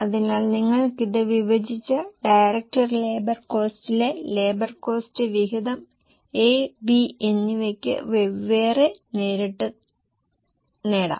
അതിനാൽ നിങ്ങൾക്കത് വിഭജിച്ച് ഡയറക്ട് ലേബർ കോസ്റ്റിലെ ലേബർ കോസ്റ്റ് വിഹിതം A B എന്നിവയ്ക്ക് വെവ്വേറെ നേരിട്ട് നേടാം